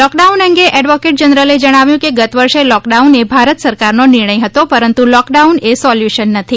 લોક down અંગે advocate જનરલે જણાવ્યું કે ગત વર્ષે લૉકડાઉન એ ભારત સરકારનો નિર્ણય હતો પરંતુ લૉક ડાઉન એ સોલ્યુશન નથી